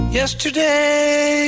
yesterday